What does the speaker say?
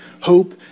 hope